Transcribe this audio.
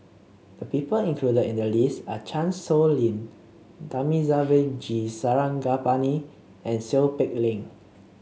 the people included in the list are Chan Sow Lin Thamizhavel G Sarangapani and Seow Peck Leng